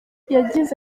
yagize